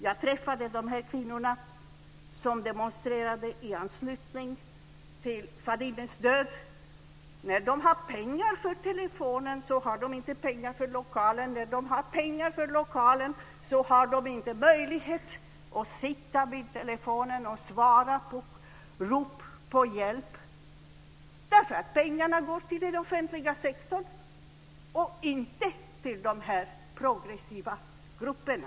Jag träffade de här kvinnorna som demonstrerade i anslutning till Fadimes död. När de har pengar för telefonen har de inte pengar för lokalen. När de har pengar för lokalen har de inte möjlighet att sitta vid telefonen och svara på rop på hjälp. Pengarna går ju till den offentliga sektorn och inte till de här progressiva grupperna.